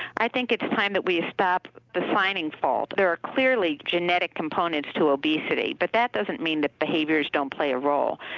i think it's time that we stopped defining fault. there are clearly genetic components to obesity, but that doesn't mean that behaviours don't play a role.